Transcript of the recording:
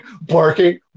barking